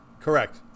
Correct